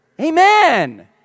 Amen